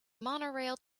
monorail